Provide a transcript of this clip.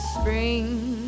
spring